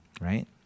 right